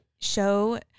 show